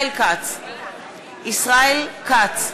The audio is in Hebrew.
ישראל כץ,